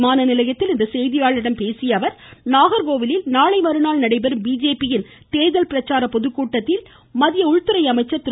விமான நிலையத்தில் இன்று செய்தியாளர்களிடம் பேசிய துாத்துகுடி அவர் நாகர்கோவிலில் நாளை மறுநாள் நடைபெறும் பிஜேபியின் தேர்தல் பிரச்சார பொதுக்கூட்டத்தில் உள்துறை அமைச்சர் திரு